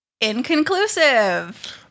inconclusive